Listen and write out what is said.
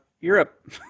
Europe